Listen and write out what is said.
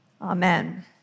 Amen